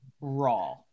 raw